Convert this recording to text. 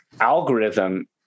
algorithm